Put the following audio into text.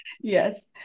Yes